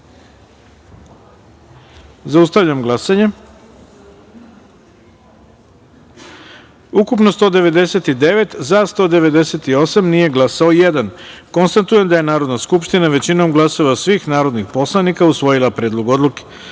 taster. Zaustavljam glasanje: ukupno 199, za – 198, nije glasao – jedan. Konstatujem da je Narodna skupština većinom glasova svih narodnih poslanika usvojila Predlog